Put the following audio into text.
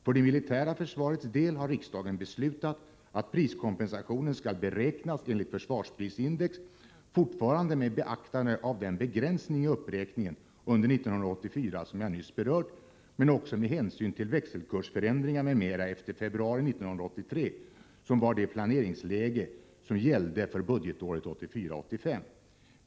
För det militära försvarets del har riksdagen beslutat att priskompensationen skall beräknas enligt försvarsprisindex, fortfarande med beaktande av den begränsning i uppräkningen under 1984 som jag nyss berört men också med hänsyn till växelkursförändringar m.m. efter februari 1983, som var det planeringsprisläge som gällde för budgetåret 1984/85.